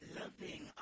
loving